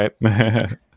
right